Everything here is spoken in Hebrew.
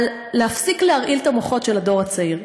להפסיק להרעיל את המוחות של הדור הצעיר.